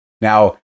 Now